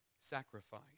sacrifice